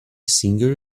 singer